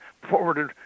forwarded